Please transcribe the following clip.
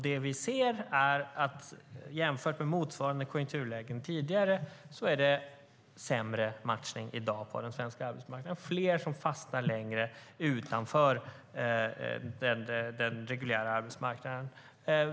Det vi ser är att det, jämfört med motsvarande konjunkturlägen tidigare, är sämre matchning i dag på den svenska arbetsmarknaden. Det är fler som fastnar längre utanför den reguljära arbetsmarknaden.